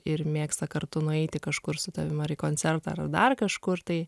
ir mėgsta kartu nueiti kažkur su tavim ar į koncertą ar dar kažkur tai